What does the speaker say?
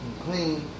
clean